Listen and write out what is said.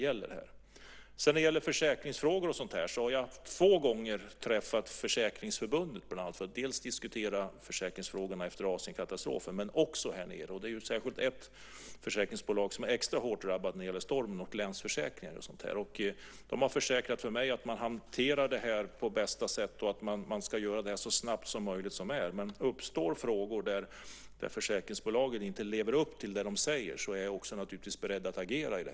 När det gäller försäkringsfrågor har jag två gånger träffat Försäkringsförbundet för att diskutera försäkringsfrågorna både efter Asienkatastrofen och här nere. Det är särskilt ett försäkringsbolag som är extra hårt drabbat när det gäller stormen. Man har försäkrat mig att man hanterar detta på bästa sätt och ska göra det så snabbt som möjligt. Om det uppstår frågor där försäkringsbolagen inte lever upp till vad de säger är jag naturligtvis beredd att agera.